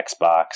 xbox